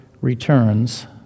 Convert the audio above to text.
returns